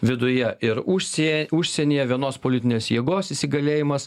viduje ir užsie užsienyje vienos politinės jėgos įsigalėjimas